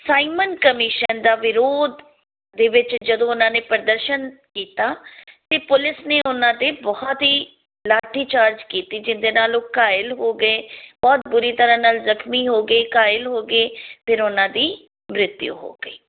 Simon commission ਦਾ ਵਿਰੋਧ ਦੇ ਵਿੱਚ ਜਦੋਂ ਉਹਨਾਂ ਨੇ ਪ੍ਰਦਰਸ਼ਨ ਕੀਤਾ ਅਤੇ ਪੁਲਿਸ ਨੇ ਉਹਨਾਂ 'ਤੇ ਬਹੁਤ ਹੀ ਲਾਠੀਚਾਰਜ ਕੀਤੀ ਜਿਹਦੇ ਨਾਲ ਉਹ ਘਾਇਲ ਹੋ ਗਏ ਬਹੁਤ ਬੁਰੀ ਤਰ੍ਹਾਂ ਨਾਲ ਜ਼ਖਮੀ ਹੋ ਗਏ ਘਾਇਲ ਹੋ ਗਏ ਫਿਰ ਉਹਨਾਂ ਦੀ ਮ੍ਰਿਤੂ ਹੋ ਗਈ